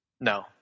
No